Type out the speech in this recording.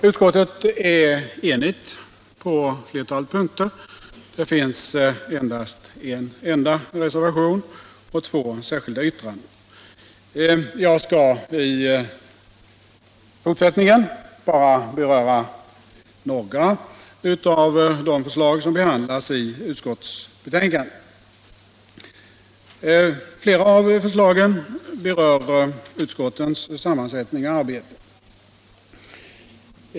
Utskottet är enigt på flertalet punkter. Det har endast avgivits en enda reservation och två särskilda yttranden. Jag skall i fortsättrfingen bara beröra några av de förslag som behandlas i betänkandet. Flera av förslagen berör utskottens sammansättning och arbete.